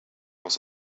was